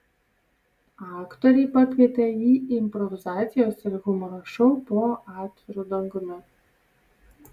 aktoriai pakvietė į improvizacijos ir humoro šou po atviru dangumi